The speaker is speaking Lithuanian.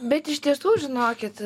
bet iš tiesų žinokit